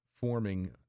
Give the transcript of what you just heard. forming